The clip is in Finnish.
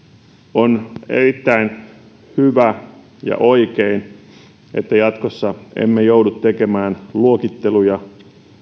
on erittäin hyvä ja oikein että jatkossa emme joudu tekemään luokitteluja